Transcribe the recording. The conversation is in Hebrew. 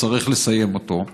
שצריך לסיים אותו.